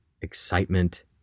excitement